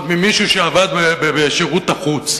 ועוד ממישהו שעבד בשירות החוץ.